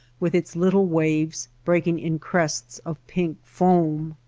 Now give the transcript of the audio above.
with its little waves breaking in crests of pink foam!